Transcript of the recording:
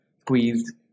squeezed